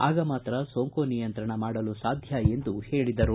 ಆಗ ಮಾತ್ರ ಸೋಂಕು ನಿಯಂತ್ರಣ ಮಾಡಲು ಸಾಧ್ಯ ಎಂದು ಹೇಳಿದರು